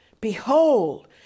Behold